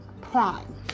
Prime